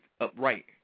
upright